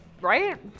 Right